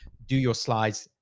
do your slides,